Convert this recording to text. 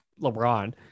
LeBron